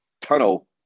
tunnel